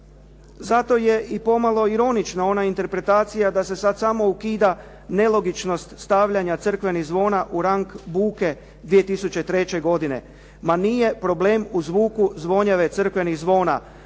Zato je i pomalo ironična ona interpretacija da se sada samo ukida nelogičnost stavljanja crkvenih zvona u rang buke 2003. godine. Ma nije problem u zvuku zvonjave crkvenih zvona,